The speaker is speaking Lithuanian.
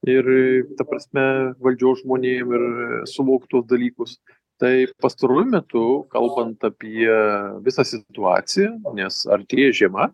ir ta prasme valdžios žmonėm ir suvokt tuos dalykus tai pastaruoju metu kalbant apie visą situaciją nes artėja žiema